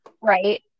Right